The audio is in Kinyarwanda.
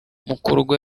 mukorogo